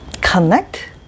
connect